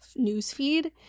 newsfeed